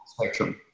spectrum